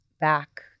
back